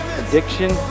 addiction